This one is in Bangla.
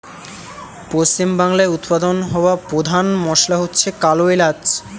পশ্চিমবাংলায় উৎপাদন হওয়া পোধান মশলা হচ্ছে কালো এলাচ